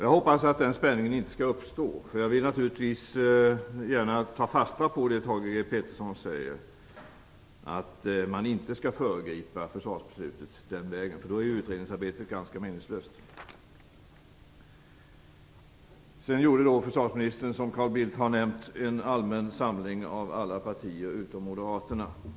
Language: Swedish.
Jag hoppas att den spänningen inte skall uppstå. Jag vill naturligtvis gärna ta fasta på det Thage G Peterson säger, nämligen att man inte skall föregripa försvarsbeslutet den vägen. I så fall blir utredningsarbetet ganska meningslöst. Försvarsministern gjorde, vilket Carl Bildt har nämnt, en allmän samling av alla partier förutom Moderaterna.